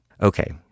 Okay